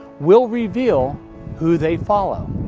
will reveal who they follow.